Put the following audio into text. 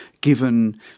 given